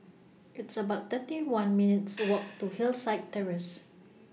It's about thirty one minutes' Walk to Hillside Terrace